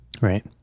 Right